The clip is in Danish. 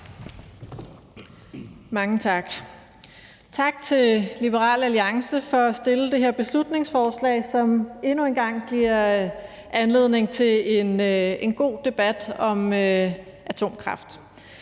Mange tak. Tak til Liberal Alliance for at fremsætte det her beslutningsforslag, som endnu en gang giver anledning til en god debat om atomkraft.